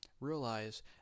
Realize